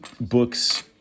books